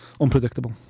Unpredictable